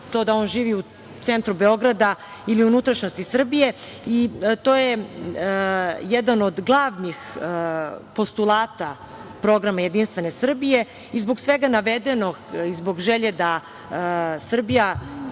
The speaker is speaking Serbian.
bilo da on živi u centru Beograda ili u unutrašnjosti Srbije. To je jedan od glavnih postulata programa Jedinstvene Srbije. Zbog svega navedenog i zbog želje da Srbija